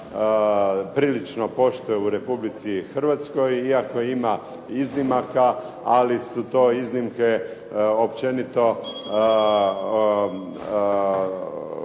prilično poštuje u Republici Hrvatskoj, iako ima iznimaka, ali su to iznimke općenito